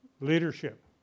leadership